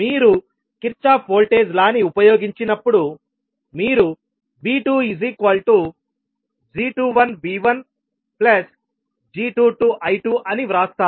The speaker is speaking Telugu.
మీరు కిర్చోఫ్ వోల్టేజ్ లా ని ఉపయోగించినప్పుడు మీరు V2g21V1g22I2 అని వ్రాస్తారు